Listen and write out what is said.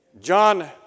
John